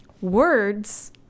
words